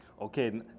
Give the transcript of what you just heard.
Okay